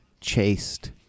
chaste